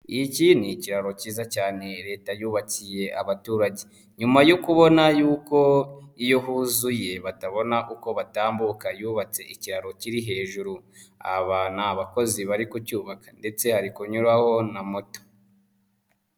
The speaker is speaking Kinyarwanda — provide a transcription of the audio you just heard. iki ni ikiraro cyiza cyane leta yubakiye abaturage, nyuma yo kubona y'uko iyo huzuye batabona uko batambuka yubatse ikiraro kiri hejuru, aba ni abakozi bari kucyubaka ndetse hari kunyuraho na moto.